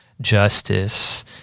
justice